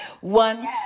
One